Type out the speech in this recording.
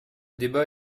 débat